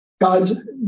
God's